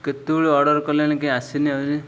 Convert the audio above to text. କେତେବେଳେ ଅର୍ଡ଼ର୍ କଲେଣି କାଇଁ ଆସିନି